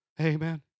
Amen